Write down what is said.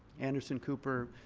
anderson cooper,